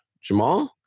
Jamal